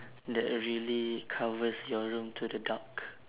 that really covers your room to the dark